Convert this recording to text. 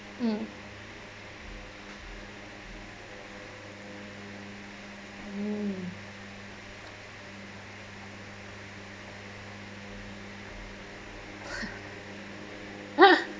mm mm !huh!